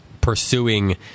pursuing